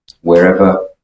wherever